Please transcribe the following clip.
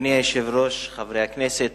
אדוני היושב-ראש, חברי הכנסת,